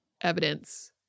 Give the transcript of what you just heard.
evidence